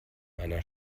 einer